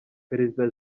perezida